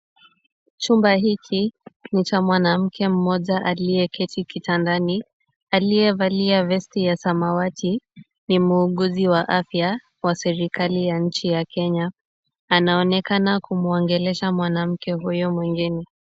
Chumba hiki ni cha mwanamke mmoja aliyeketi kitandani aliyevalia vesti ya samawati. Ni muuguzi wa afya wa serikali ya nchi ya Kenya. Anaonekana kumwongelesha mwanamke huyo mwingine.